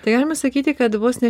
tai galima sakyti kad vos ne